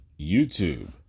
YouTube